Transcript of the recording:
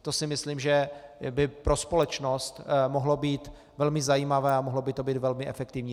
To si myslím, že by pro společnost mohlo být velmi zajímavé a mohlo by to být velmi efektivní.